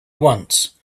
once